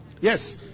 Yes